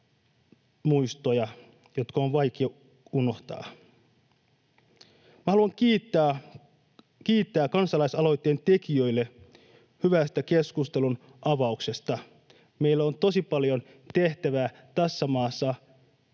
muistoja, jotka on vaikea unohtaa. Haluan kiittää kansalaisaloitteen tekijöitä hyvästä keskustelun avauksesta. Meillä on tosi paljon tehtävää tässä maassa